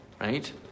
Right